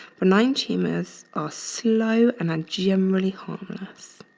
benign tumors are slow and are generally harmless.